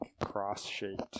cross-shaped